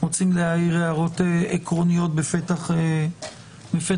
רוצים להעיר הערות עקרוניות בפתח הדיון?